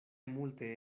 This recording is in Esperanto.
multe